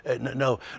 no